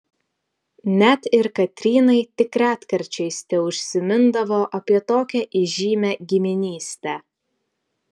net ir katrynai tik retkarčiais teužsimindavo apie tokią įžymią giminystę